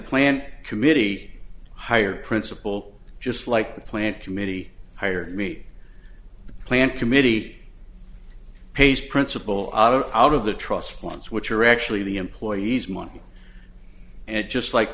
planned committee hired principal just like the plant committee hired me to plant committee pays principle out of out of the trust funds which are actually the employees money and just like